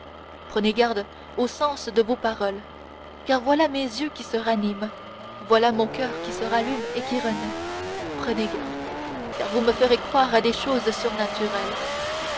prenez garde au sens de vos paroles car voilà mes yeux qui se raniment voilà mon coeur qui se rallume et qui renaît prenez garde car vous me feriez croire à des choses surnaturelles